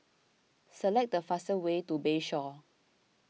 select the fastest way to Bayshore